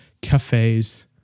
cafes